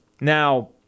Now